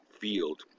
field